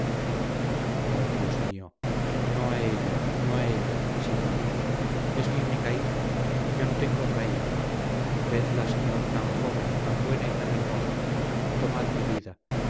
oh dios mío no a ella no a ella sino a mí es mi hija única yo no tengo otra hija vedla señor tan joven tan buena y tan hermosa tomad mi vida